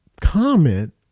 comment